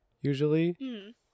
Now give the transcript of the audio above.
usually